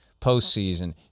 postseason